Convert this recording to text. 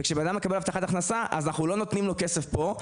וכשבן אדם מקבל הבטחת הכנסה אנחנו לא נותנים לו כסף פה,